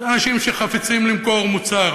הם אנשים שחפצים למכור מוצר,